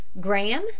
Graham